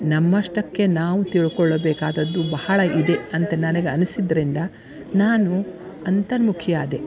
ನಮ್ಮಷ್ಟಕ್ಕೆ ನಾವು ತಿಳ್ಕೊಳ್ಳಬೇಕಾದದ್ದು ಬಹಳ ಇದೆ ಅಂತ ನನಗೆ ಅನಿಸಿದ್ರಿಂದ ನಾನು ಅಂತರ್ಮುಖಿ ಆದೆ